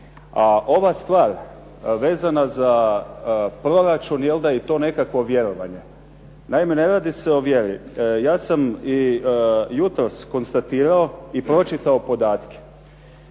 ova stvar vezana za proračun i to nekakvo vjerovanje, naime ne radi se o vjeri. Ja sam i jutros konstatirao i pročitao podatke,